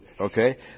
Okay